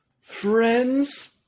friends